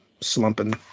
slumping